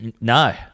No